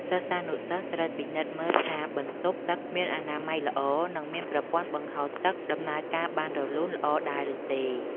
សិស្សានុសិស្សត្រូវពិនិត្យមើលថាបន្ទប់ទឹកមានអនាម័យល្អ និងមានប្រព័ន្ធបង្ហូរទឹកដំណើរការបានរលូនល្អដែរឬទេ។